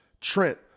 trent